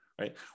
right